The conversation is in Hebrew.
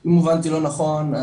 אם הובנתי לא נכון,